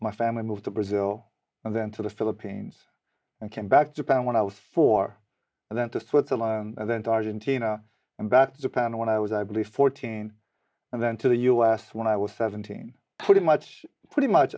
my family moved to brazil and then to the philippines and came back to power when i was four and then to switzerland and then to argentina and back to japan when i was i believe fourteen and then to the u s when i was seventeen pretty much pretty much